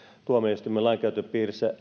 tuomioistuimen lainkäytön piirissä